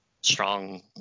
Strong